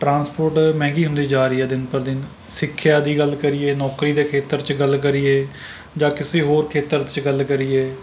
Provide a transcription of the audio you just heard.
transport ਮਹਿੰਗੀ ਹੁੰਦੀ ਜਾ ਰਹੀ ਹੈ ਦਿਨ ਪਰ ਦਿਨ ਸਿੱਖਿਆ ਦੀ ਗੱਲ ਕਰੀਏ ਨੌਕਰੀ ਦੇ ਖੇਤਰ 'ਚ ਗੱਲ ਕਰੀਏ ਜਾਂ ਕਿਸੇ ਹੋਰ ਖੇਤਰ 'ਚ ਗੱਲ ਕਰੀਏ